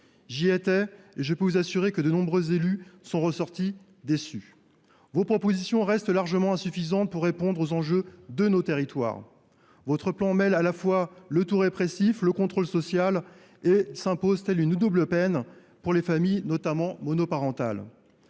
J’y étais, et je peux vous assurer que de nombreux élus en sont ressortis déçus. Vos propositions restent largement insuffisantes pour répondre aux enjeux de nos territoires. Votre plan mêle le tout répressif et le contrôle social ; il s’impose, telle une double peine, notamment aux familles monoparentales.